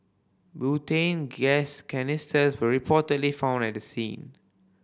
butane gas canisters were reportedly found at the scene